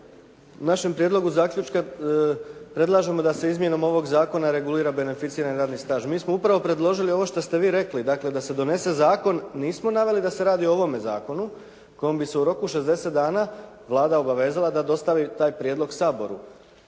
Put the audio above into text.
u našem prijedlogu zaključka predlažemo da se izmjenom ovoga zakona regulira beneficirani radni staž. Mi smo upravo predložili ovo što ste vi rekli, dakle, da se donese zakon, nismo naveli da se radi o ovome zakonu kojem bi se u roku 60 dana Vlada obavezala da dostavi taj prijedlog Saboru.